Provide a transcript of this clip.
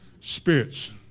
spirits